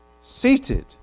seated